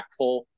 impactful